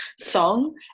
song